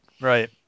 Right